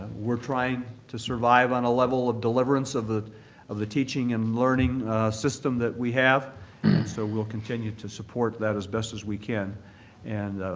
we're trying to survive on a level of deliverance of the of the teaching and learning system that we have and so we'll continue to support that as best as we can. and